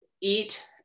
eat